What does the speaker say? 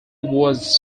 was